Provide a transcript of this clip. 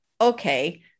okay